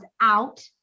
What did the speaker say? out